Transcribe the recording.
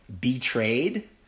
betrayed